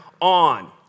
on